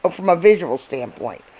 um from a visual standpoint.